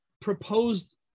proposed